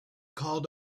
called